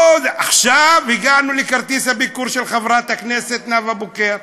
עכשיו הגענו לכרטיס הביקור של חברת הכנסת נאוה בוקר.